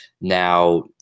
Now